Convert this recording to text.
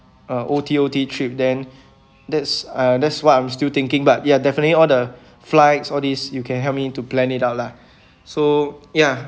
uh O_T_O_T trip then that's uh that's what I'm still thinking but ya definitely all the flight all these you can help me to plan it out lah so ya